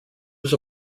was